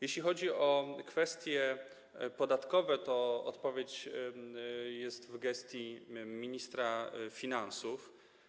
Jeśli chodzi o kwestie podatkowe, to odpowiedź jest w gestii ministra finansów.